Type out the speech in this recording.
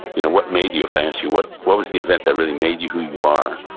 you know what made you, if i asked you, what what was the event that really made you who you are?